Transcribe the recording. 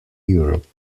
europe